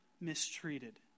mistreated